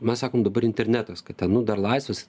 mes sakom dabar internetas kad ten nu dar laisvas